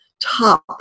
top